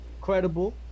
Credible